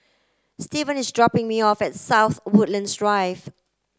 Steven is dropping me off at South Woodlands Drive